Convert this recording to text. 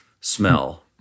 smell